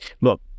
Look